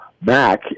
Mac